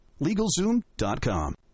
LegalZoom.com